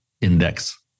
index